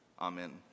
Amen